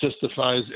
justifies